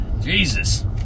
Jesus